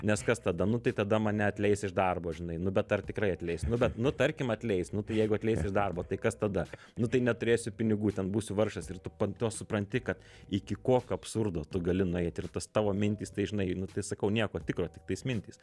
nes kas tada nu tai tada mane atleis iš darbo žinai nu bet ar tikrai atleis nu bet nu tarkim atleis nu tai jeigu atleis iš darbo tai kas tada nu tai neturėsiu pinigų ten būsiu vargšas ir tu po to supranti kad iki kokio absurdo tu gali nueiti ir tos tavo mintys tai žinai nu tai sakau nieko tikro tiktais mintys